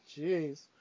Jeez